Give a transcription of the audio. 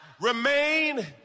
remain